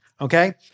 okay